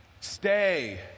stay